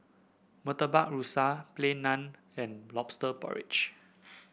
Murtabak Rusa Plain Naan and lobster porridge